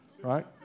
Right